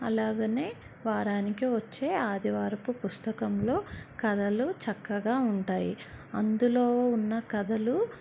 అలాగనే వారానికి వచ్చే ఆదివారపు పుస్తకంలో కథలు చక్కగా ఉంటాయి అందులో ఉన్న కథలు